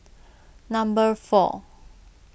number four